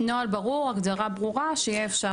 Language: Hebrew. נוהל ברור וחשוף לציבור.